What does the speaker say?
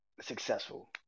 successful